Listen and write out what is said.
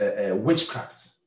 witchcraft